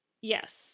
Yes